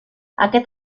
aquest